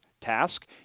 task